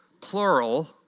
plural